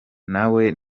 nawe